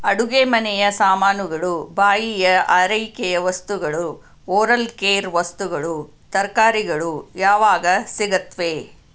ಅಡುಗೆಮನೆಯ ಸಾಮಾನುಗಳು ಬಾಯಿಯ ಆರೈಕೆಯ ವಸ್ತುಗಳು ಓರಲ್ ಕೇರ್ ವಸ್ತುಗಳು ತರಕಾರಿಗಳು ಯಾವಾಗ ಸಿಗುತ್ತವೆ